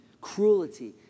Cruelty